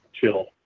chill